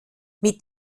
mit